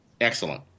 excellent